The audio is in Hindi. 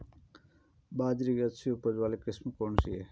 बाजरे की अच्छी उपज वाली किस्म कौनसी है?